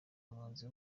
umuhanzi